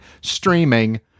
streaming